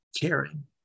caring